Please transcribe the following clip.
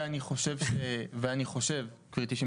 גברתי,